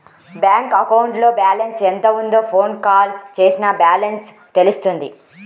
bank అకౌంట్లో balance ఎంత ఉందో ఫోన్ కాల్ చేసినా బ్యాలెన్స్ తెలుస్తుంది